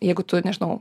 jeigu tu nežinau